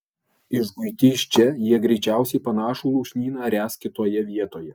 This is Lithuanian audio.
išguiti iš čia jie greičiausiai panašų lūšnyną ręs kitoje vietoje